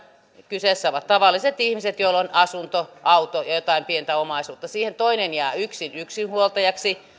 kyseessä ovat tavalliset ihmiset joilla on asunto auto ja jotain pientä omaisuutta toinen jää yksin yksinhuoltajaksi kun